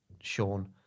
Sean